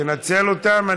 תנצל אותן?